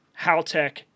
Haltech